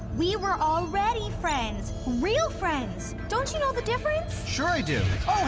we were already friends real friends! don't you know the difference? sure i do.